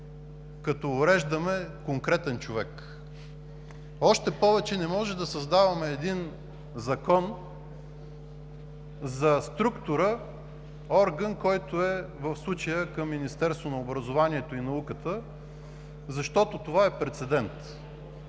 като уреждаме конкретен човек. Още повече не може да създаваме един закон за структура, орган, който в случая е към Министерството на образованието и науката, защото това е прецедент